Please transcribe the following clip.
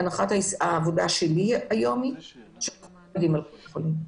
הנחת העבודה שלי היא שאנחנו לא יודעים על כל החולים.